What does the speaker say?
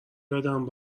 یادم